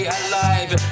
alive